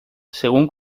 según